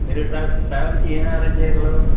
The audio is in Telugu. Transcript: మీరు ట్రా ట్రావెల్కి ఏం అరేంజ చేయ్యగలరు